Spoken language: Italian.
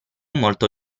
molto